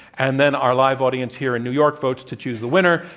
and then our live audience here in new york votes to choose the winner,